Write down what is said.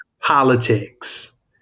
politics